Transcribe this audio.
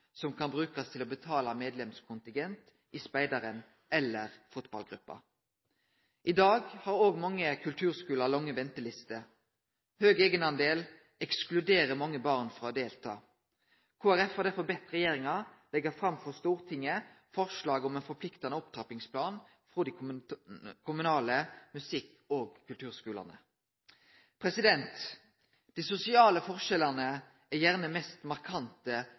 som kan brukast til å betale medlemskontingent i speidaren eller i fotballgruppa? I dag har mange kulturskular lange ventelister. Høg eigendel ekskluderer mange barn frå å delta. Kristeleg Folkeparti har derfor bedt regjeringa leggje fram for Stortinget forslag om ein forpliktande opptrappingsplan for dei kommunale musikk- og kulturskulane. Dei sosiale forskjellane er gjerne mest markante